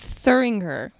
thuringer